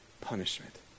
punishment